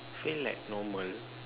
feel like normal